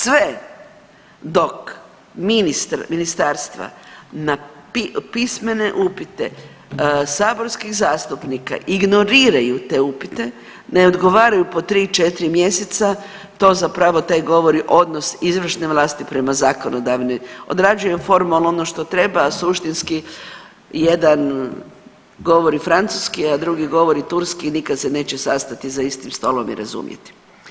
Sve dok ministarstva na pismene upite saborskih zastupnika ignoriraju te upite, ne odgovaraju po tri, četiri mjeseca to zapravo taj govori odnos izvršene vlasti prema zakonodavnoj, odrađuje formalno ono što treba, a suštinski jedan govori francuski, a drugi govori turski i nikad se neće sastati za istim stolom i razumjeti.